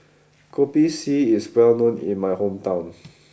Kopi C is well known in my hometown